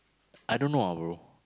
I don't know ah bro